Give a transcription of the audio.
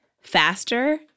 faster